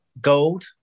gold